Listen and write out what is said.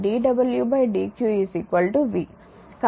కాబట్టి p v i